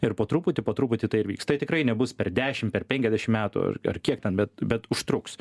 ir po truputį po truputį tai įvyks tai tikrai nebus per dešimt per penkiasdešim metų ar kiek ten bet bet užtruks